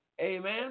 Amen